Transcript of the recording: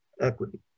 equity